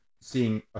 seeing